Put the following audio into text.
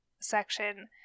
section